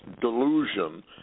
delusion